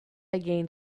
began